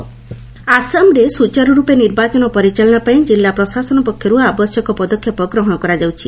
ଆସାମ ପ୍ରୁଲ୍ ଆସାମରେ ସୁଚାରୁରୂପେ ନିର୍ବାଚନ ପରିଚାଳନା ପାଇଁ ଜିଲ୍ଲା ପ୍ରଶାସନ ପକ୍ଷରୁ ଆବଶ୍ୟକ ପଦକ୍ଷେପ ଗ୍ରହଣ କରାଯାଉଛି